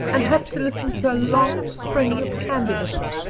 and have to listen to a long string of candidates.